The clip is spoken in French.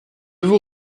vous